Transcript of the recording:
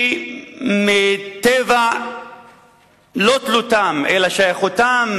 שמטבע לא תלותם אלא שייכותם,